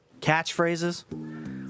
Catchphrases